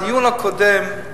בדיון הקודם,